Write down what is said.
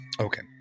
Okay